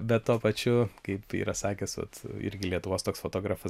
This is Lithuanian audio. bet tuo pačiu kaip yra sakęs vat irgi lietuvos toks fotografas